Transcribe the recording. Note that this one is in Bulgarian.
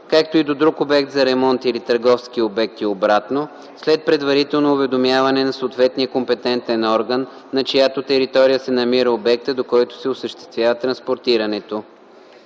както и до друг обект за ремонт или търговски обект и обратно, след предварително уведомяване на съответния компетентен орган, на чиято територия се намира обекта, до който се осъществява транспортирането.”